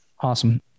Awesome